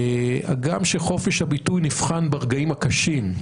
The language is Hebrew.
הגם שחופש הביטוי נבחן ברגעים הקשים,